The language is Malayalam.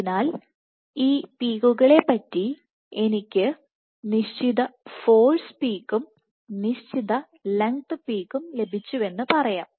അതിനാൽ ഈ പീക്കുകളെ പറ്റി എനിക്ക് അ നിശ്ചിത ഫോഴ്സ് പീക്കും നിശ്ചിത ലെങ്ത്പീക്കും ലഭിച്ചുവെന്ന് പറയാം